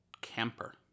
camper